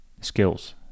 Skills